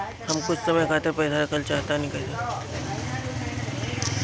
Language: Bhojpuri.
हम कुछ समय खातिर पईसा रखल चाह तानि कइसे होई?